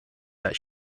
that